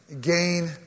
gain